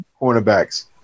cornerbacks